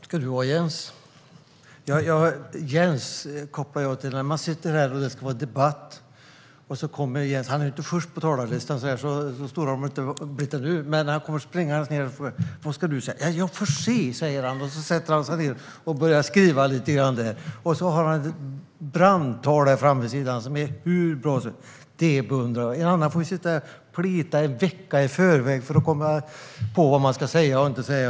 Fru talman! Tack, Jens! När jag tänker på Jens ser jag honom framför mig när vi ska ha debatt här i kammaren. Han är ju inte först på talarlistan utan kommer springandes ned mellan bänkarna. Om man då frågar honom vad han ska tala om svarar han: "Jag får se." Sedan sätter han sig ned och börjar skriva lite grann. Därefter håller han ett brandtal som är hur bra som helst. Detta beundrar jag. En annan får sitta och plita en vecka i förväg för att komma på vad man ska säga och inte säga.